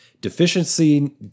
Deficiency